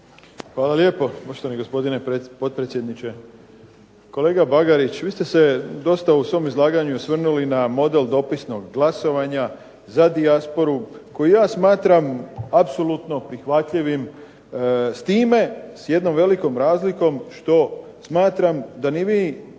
Hvala lijepo, poštovani gospodine potpredsjedniče. Kolega Bagarić, vi ste se dosta u svom izlaganju osvrnuli na model dopisnog glasovanja za dijasporu koji ja smatram apsolutno prihvatljivim s time, s jednom velikom razlikom što smatram da nije